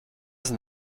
sind